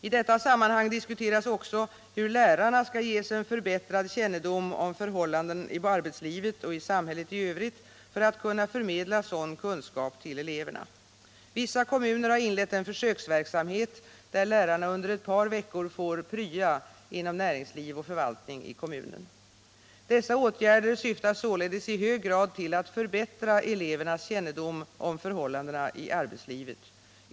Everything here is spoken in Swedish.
I detta sammanhang diskuteras också hur lärarna skall ges en förbättrad kännedom om förhållanden i arbetslivet och i samhället i övrigt för att kunna förmedla sådan kunskap till eleverna. Vissa kommuner har inlett en försöksverksamhet där lärarna under ett par veckor får ”prya” inom näringsliv och förvaltning i kommunen. Dessa åtgärder syftar således i hög grad till att förbättra elevernas kännedom om förhållandena i arbetslivet.